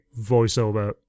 voiceover